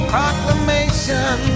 Proclamation